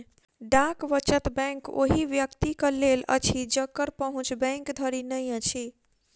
डाक वचत बैंक ओहि व्यक्तिक लेल अछि जकर पहुँच बैंक धरि नै अछि